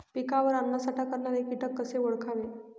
पिकावर अन्नसाठा करणारे किटक कसे ओळखावे?